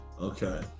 Okay